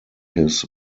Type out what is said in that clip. his